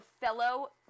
fellow